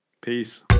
Peace